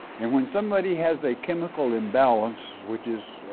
and when somebody has a chemical imbalance, which is